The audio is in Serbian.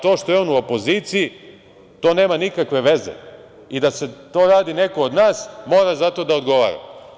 To što je on u opoziciji nema nikakve veze i da to radi neko od nas mora za to da odgovara.